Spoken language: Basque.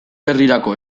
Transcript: herrirako